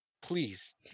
Please